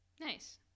Nice